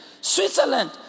Switzerland